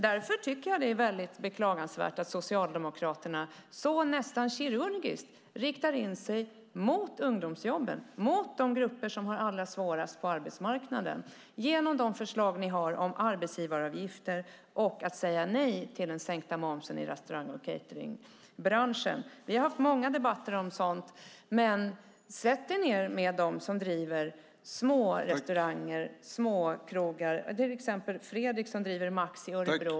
Därför tycker jag att det är beklagansvärt att Socialdemokraterna nästan kirurgiskt riktar in sig mot ungdomsjobben, mot de grupper som har det allra svårast på arbetsmarknaden, genom förslag om arbetsgivaravgifter och genom att säga nej till sänkt moms i restaurang och cateringbranschen. Vi har haft många debatter om sådant. Tala med dem som driver små restauranger och små krogar. Tala till exempel med Fredrik som driver Max i Örebro.